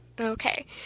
Okay